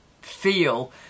feel